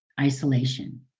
isolation